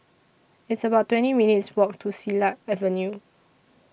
It's about twenty minutes' Walk to Silat Avenue